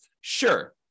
Sure